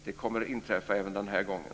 Det kommer att inträffa även den här gången.